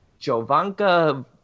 Jovanka